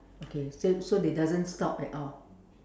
okay so so they doesn't stop at all